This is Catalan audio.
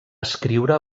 escriure